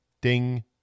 ding